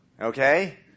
Okay